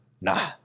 nah